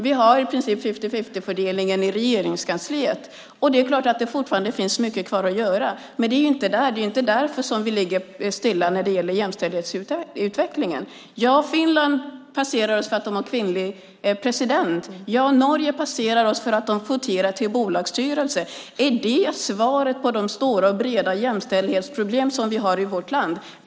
Vi har i princip en fifty-fifty-fördelning i Regeringskansliet. Det är klart att det fortfarande finns mycket kvar att göra, men det är inte därför som vi ligger stilla när det gäller jämställdhetsutvecklingen. Ja, Finland passerar oss för att de har en kvinnlig president. Ja, Norge passerar oss för att de kvoterar till bolagsstyrelser. Är det svaret på de stora och breda jämställdhetsproblem som vi har i vårt land?